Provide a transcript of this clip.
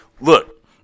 look